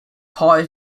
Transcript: hired